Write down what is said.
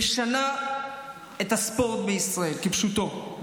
היא משנה את הספורט בישראל, כפשוטו.